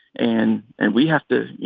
and and we have to you